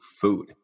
food